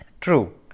True